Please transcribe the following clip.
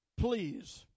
please